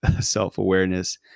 self-awareness